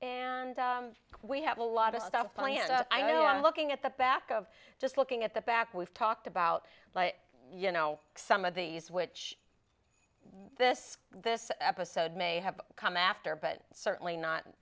and we have a lot of stuff i know i'm looking at the back of just looking at the back we've talked about you know some of these which this this episode may have come after but certainly not